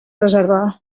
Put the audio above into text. preservar